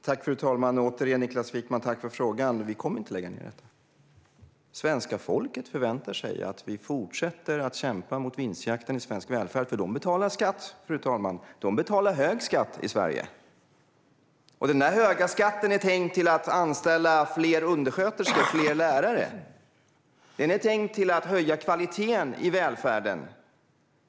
Fru talman! Tack för frågan återigen, Niklas Wykman! Vi kommer inte att lägga ned detta. Svenska folket förväntar sig att vi fortsätter att kämpa mot vinstjakten i svensk välfärd - för de betalar skatt, fru talman. De betalar hög skatt i Sverige. Denna höga skatt är tänkt att gå till att anställa fler undersköterskor och fler lärare. Den är tänkt att gå till att höja kvaliteten i välfärden.